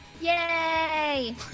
Yay